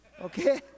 okay